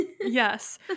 Yes